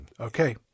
okay